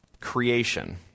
creation